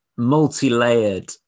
multi-layered